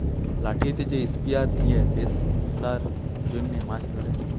লাঠিতে যে স্পিয়ার দিয়ে বেপসার জনহ মাছ ধরে